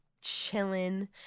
chilling